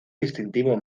distintivo